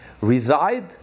reside